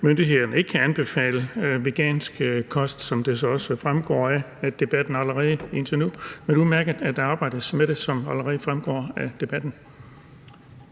myndighederne ikke kan anbefale vegansk kost, som det så også allerede er fremgået af debatten. Men det er udmærket, at der arbejdes med det, som det altså også er fremgået af debatten.